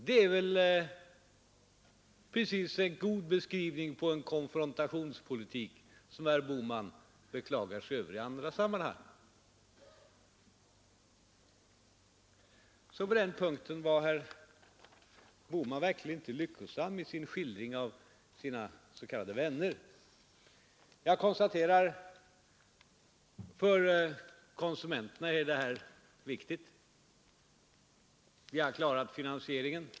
Det är väl en god beskrivning på konfrontationspolitik som herr Bohman beklagar sig över i andra sammanhang. Så på den punkten var herr Bohman verkligen inte lyckosam i sin skildring av sina s.k. vänner. Jag konstaterar: för konsumenterna är detta viktigt. Vi har klarat finansieringen.